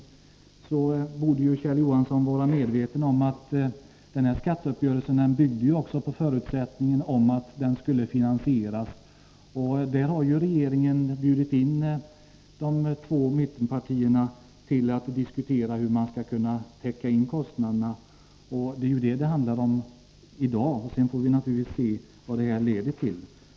Kjell Johansson borde då också vara medveten om att skatteuppgörelsen byggde på förutsättningen att skattesänkningen skulle finansieras. Regeringen har bjudit in de båda mittenpartierna till att diskutera hur man skall kunna täcka kostnaderna. Det är vad det handlar om i dag — sedan får vi naturligtvis se vad det leder till.